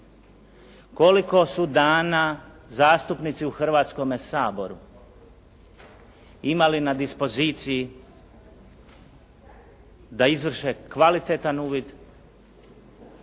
Koliko su dana zastupnici u Hrvatskome saboru imali na dispoziciji da izvrše kvalitetan uvid,